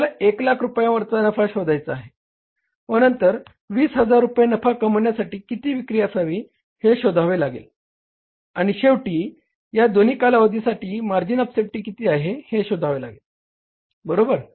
आपल्याला 100000 रुपयावरचा नफा शोधायचा आहे व नंतर 20000 रूपये नफा कमविण्यासाठी किती विक्री असावी हे शोधावे लागेल आणि शेवटी या दोन्ही कालावधीसाठी मार्जिन ऑफ सेफ्टी किती आहे हे शोधावे लागेल बरोबर